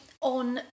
on